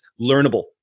learnable